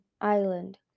Island